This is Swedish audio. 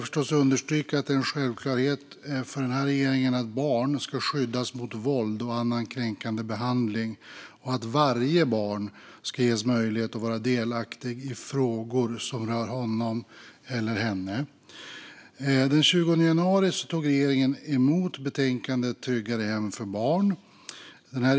Det är en självklarhet för denna regering att barn ska skyddas mot våld och annan kränkande behandling och att varje barn ska ges möjlighet att vara delaktigt i frågor som rör honom eller henne. Regeringen tog den 20 januari emot betänkandet Tryggare hem för barn .